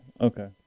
okay